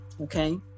Okay